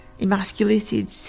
emasculated